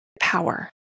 power